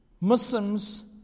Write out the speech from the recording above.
Muslims